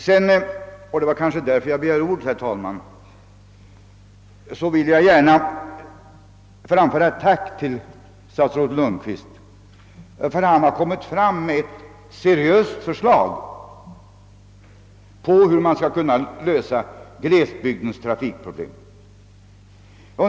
Sedan, och det var egentligen därför jag begärde ordet, herr talman, vill jag gärna framföra ett tack till statsrådet Lundkvist för att han framlagt ett seriöst förslag till lösandet av glesbygdens trafikproblem.